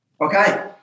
Okay